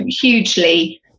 hugely